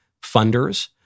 funders